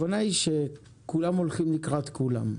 שלום לכולם.